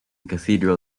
cathedral